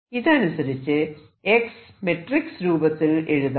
ഇതനുസരിച്ച് x matrix രൂപത്തിൽ എഴുതാം